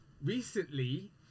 recently